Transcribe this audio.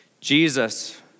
Jesus